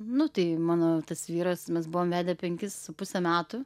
nu tai mano tas vyras mes buvom vedę penkis su puse metų